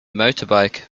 motorbike